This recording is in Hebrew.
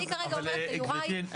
גברתי,